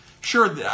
sure